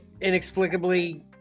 inexplicably